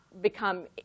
become